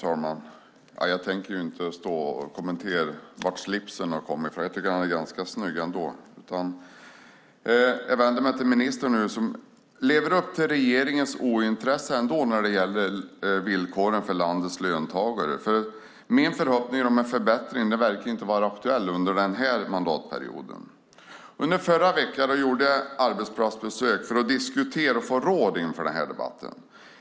Fru talman! Jag tänker inte kommentera var slipsen kommer ifrån. Jag tycker att den är ganska snygg. Jag vänder mig till ministern som lever upp till regeringens ointresse när det gäller villkoren för landets löntagare. Min förhoppning om en förbättring verkar inte infrias under den här mandatperioden. Under förra veckan gjorde jag ett arbetsplatsbesök för att diskutera och få råd inför den här debatten.